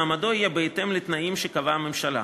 מעמדו יהיה בהתאם לתנאים שקבעה הממשלה.